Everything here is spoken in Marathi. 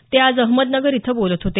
ते आज अहमदनगर इथं बोलत होते